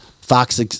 Fox